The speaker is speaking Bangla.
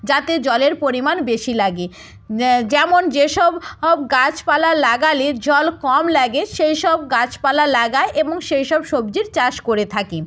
যাতে জলের পরিমাণ বেশি লাগে যেমন যেসব গাছপালা লাগালে জল কম লাগে সেই সব গাছপালা লাগায় এবং সেই সব সবজির চাষ করে থাকি